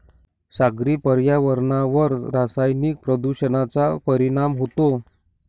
सागरी पर्यावरणावर रासायनिक प्रदूषणाचा परिणाम होतो